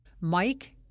Mike